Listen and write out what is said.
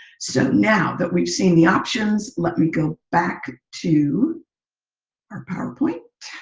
so, now, that we've seen the options, let me go back to our powerpoint.